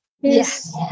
yes